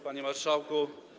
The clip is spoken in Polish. Panie Marszałku!